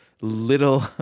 little